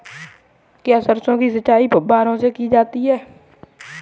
क्या सरसों की सिंचाई फुब्बारों से की जा सकती है?